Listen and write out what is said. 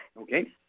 Okay